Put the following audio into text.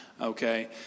okay